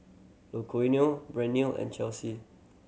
Luciano and Chelsey